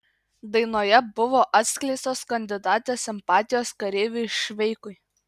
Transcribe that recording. dainoje buvo atskleistos kandidatės simpatijos kareiviui šveikui